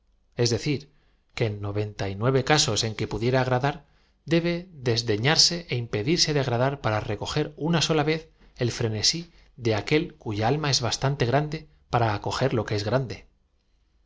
ea decir que en noventa j nuere casos en que pudiera agradar debe desdeñarse é impedirse de agradar para recoger una sola v e z el frenesí de aquel cuya alm a es bastante grande para acoger lo que es grande